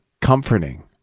comforting